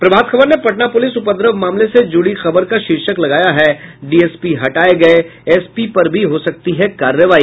प्रभात खबर ने पटना पुलिस उपद्रव मामले से जुड़ी खबर का शीर्षक लगाया है डीएसपी हटाये गये एसपी पर भी हो सकती है कार्रवाई